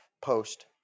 post